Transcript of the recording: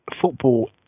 football